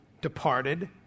departed